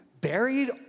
buried